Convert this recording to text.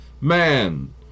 man